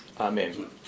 Amen